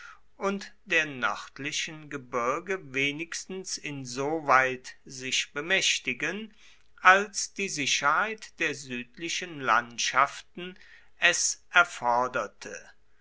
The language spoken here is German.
und der nördlichen gebirge wenigstens insoweit sich bemächtigen als die sicherheit der südlichen landschaften es erforderte